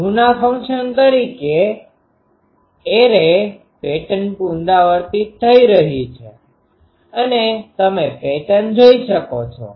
uના function તરીકે array pattern પુનરાવર્તિત થઈ રહી છે અને તમે પેટર્ન જોઈ શકો છો